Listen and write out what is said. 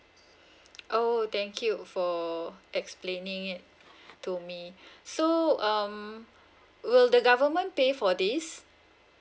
oh thank you for so explaining it to me so um will the government pay for this